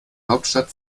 hauptstadt